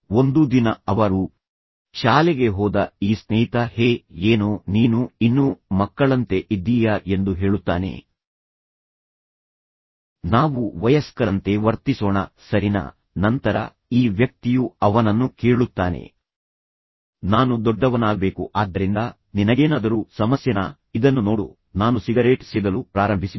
ಒಂದು ದಿನ ಅವರು ಶಾಲೆಗೆ ಹೋದಗ ಈ ಸ್ನೇಹಿತ ಹೇ ಏನೋ ನೀನು ಇನ್ನೂ ಮಕ್ಕಳಂತೆ ಇದ್ದೀಯ ಎಂದು ಹೇಳುತ್ತಾನೆ ನಾವು ವಯಸ್ಕರಂತೆ ವರ್ತಿಸೋಣ ಸರಿನ ನಂತರ ಈ ವ್ಯಕ್ತಿಯು ಅವನನ್ನು ಕೇಳುತ್ತಾನೆ ನಾನು ದೊಡ್ಡವನಾಗಬೇಕು ಆದ್ದರಿಂದ ನಿನಗೇನಾದರೂ ಸಮಸ್ಯೆನಾ ಇದನ್ನು ನೋಡು ನಾನು ಸಿಗರೇಟ್ ಸೇದಲು ಪ್ರಾರಂಭಿಸಿದ್ದೇನೆ